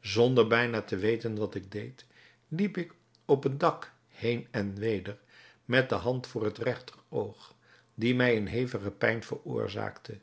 zonder bijna te weten wat ik deed liep ik op het dak heen en weder met de hand voor het regteroog die mij eene hevige pijn veroorzaakte